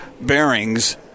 bearings